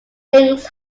links